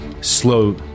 Slow